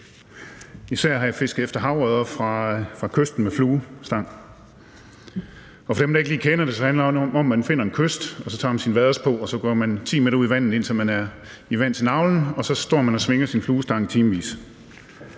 Især har jeg fisket efter havørreder fra kysten med fluestang. For dem, der ikke lige kender det, kan jeg sige, at det handler om, at man finder en kyst, så tager man sine vaders på, så går man 10 m ud i vandet, indtil man er i vand til navlen, og så står man og svinger sin fluestang i timevis.